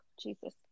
Jesus